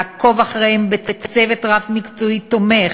לעקוב אחריהם בצוות רב-מקצועי תומך,